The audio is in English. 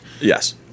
Yes